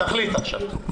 תחליט עכשיו.